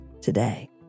today